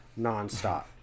nonstop